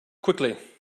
quickly